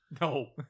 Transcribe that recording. No